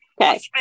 Okay